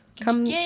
Come